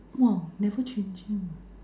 !wah! never changing ah